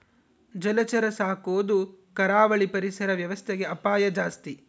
ಜಲಚರ ಸಾಕೊದು ಕರಾವಳಿ ಪರಿಸರ ವ್ಯವಸ್ಥೆಗೆ ಅಪಾಯ ಜಾಸ್ತಿ